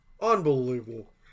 Unbelievable